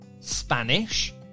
Spanish